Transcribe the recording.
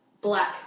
black